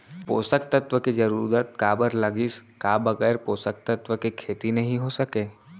पोसक तत्व के जरूरत काबर लगिस, का बगैर पोसक तत्व के खेती नही हो सके?